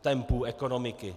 tempu ekonomiky.